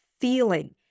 feeling